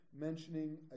mentioning